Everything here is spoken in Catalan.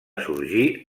sorgir